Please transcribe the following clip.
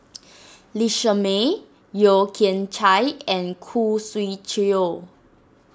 Lee Shermay Yeo Kian Chye and Khoo Swee Chiow